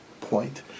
point